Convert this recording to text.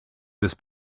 this